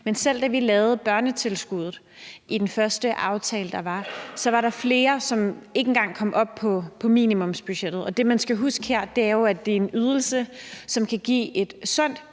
Men selv da vi lavede børnetilskuddet i den første aftale, der var, var der flere, som ikke engang komme op på mnimumsbudgettet. Og det, man skal huske her, er jo, at det er en ydelse, som kan give et sundt,